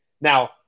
now